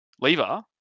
Lever